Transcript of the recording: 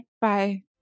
Bye